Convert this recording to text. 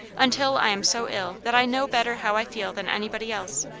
until i am so ill that i know better how i feel than anybody else.